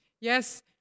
Yes